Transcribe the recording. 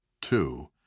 two